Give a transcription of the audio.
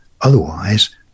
otherwise